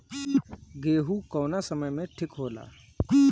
गेहू कौना समय मे ठिक होला?